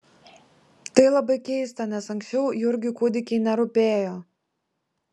tai labai keista nes anksčiau jurgiui kūdikiai nerūpėjo